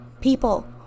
People